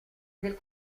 del